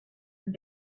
and